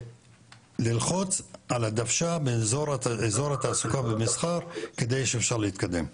ללחוץ על הדוושה באזור התעסוקה והמסחר כדי שאפשר יהיה להתקדם,